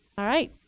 all right.